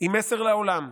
היא מסר לעולם: